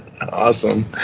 Awesome